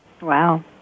Wow